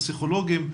פסיכולוגים.